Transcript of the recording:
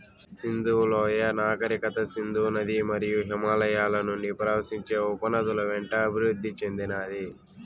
సింధు లోయ నాగరికత సింధు నది మరియు హిమాలయాల నుండి ప్రవహించే ఉపనదుల వెంట అభివృద్ది చెందినాది